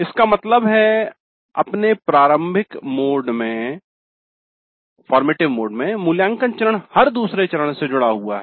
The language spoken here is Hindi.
इसका मतलब है अपने प्रारंभिक मोड में मूल्यांकन चरण हर दूसरे चरण से जुड़ा हुआ है